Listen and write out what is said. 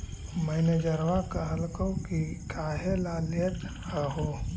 मैनेजरवा कहलको कि काहेला लेथ हहो?